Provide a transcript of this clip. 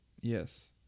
Yes